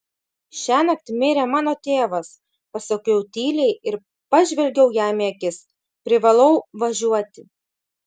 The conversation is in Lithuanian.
šiąnakt mirė mano tėvas pasakiau tyliai ir pažvelgiau jam į akis privalau važiuoti